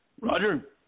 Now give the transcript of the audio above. Roger